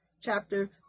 chapter